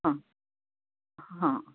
हां हां